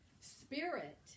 spirit